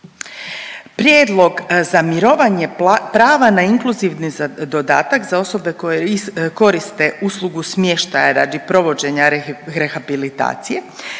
Prijedlog za mirovanje prava na inkluzivni dodatak za osobe koje koriste uslugu smještaja radi provođenja rehabilitacije,